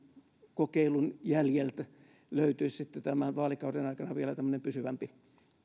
kokeilun jäljiltä löytyisi vielä tämän vaalikauden aikana tämmöinen pysyvämpi